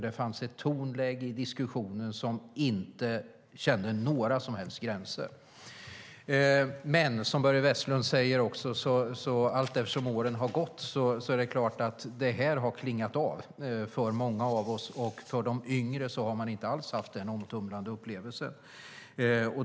Det fanns ett tonläge i diskussionen som inte kände några som helst gränser. Men, som Börja Vestlund säger, allteftersom åren har gått har detta klingat av för många av oss. De yngre har inte alls haft den omtumlande upplevelsen.